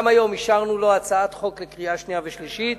גם היום אישרנו לו הצעת חוק לקריאה שנייה ולקריאה שלישית,